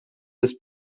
des